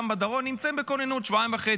גם בדרום נמצאים בכוננות שבועיים וחצי.